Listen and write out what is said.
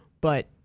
but-